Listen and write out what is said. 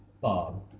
Bob